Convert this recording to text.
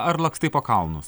ar lakstai po kalnus